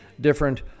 different